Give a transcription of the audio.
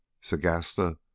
Sagasta